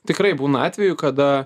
tikrai būna atvejų kada